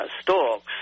stalks